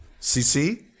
CC